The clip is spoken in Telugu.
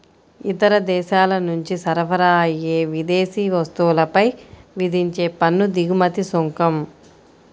ఇతర దేశాల నుంచి సరఫరా అయ్యే విదేశీ వస్తువులపై విధించే పన్ను దిగుమతి సుంకం